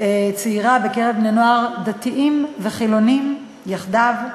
צעירה בקרב בני-נוער דתיים וחילונים יחדיו.